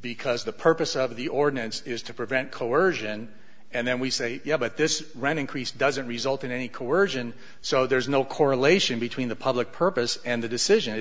because the purpose of the ordinance is to prevent coersion and then we say yeah but this run increase doesn't result in any coersion so there's no correlation between the public purpose and the decision it